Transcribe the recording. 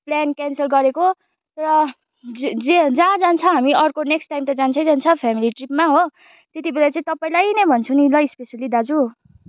plan cancel गरेको तर जान्छ हामी अर्को नेक्स्ट टाइम त जान्छै जान्छ फेमिली ट्रिपमा हो त्यतिबेला चाहिँ तपाईँलाई नै भन्छु नि ल स्पेसली दाजु